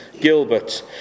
Gilbert